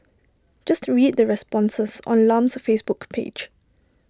just read the responses on Lam's Facebook page